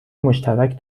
مشترک